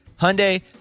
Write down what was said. Hyundai